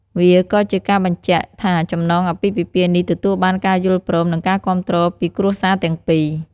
វាក៏ជាការបញ្ជាក់ថាចំណងអាពាហ៍ពិពាហ៍នេះទទួលបានការយល់ព្រម និងការគាំទ្រពីគ្រួសារទាំងពីរ។